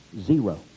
Zero